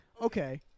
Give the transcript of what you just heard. okay